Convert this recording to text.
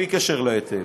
בלי קשר להיטל,